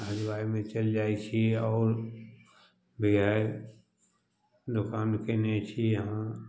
हलुआइमे चलि जाइत छी आओर भी हए दोकान कयने छी अहाँ